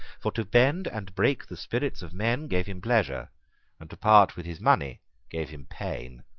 for to bend and break the spirits of men gave him pleasure and to part with his money gave him pain.